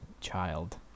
child